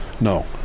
No